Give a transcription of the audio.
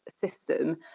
system